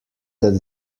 that